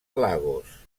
lagos